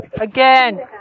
again